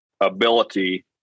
ability